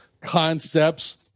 concepts